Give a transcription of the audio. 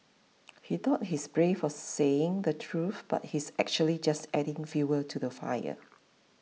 he thought he's brave for saying the truth but he's actually just adding fuel to the fire